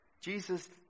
Jesus